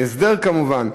בהסדר כמובן.